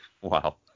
Wow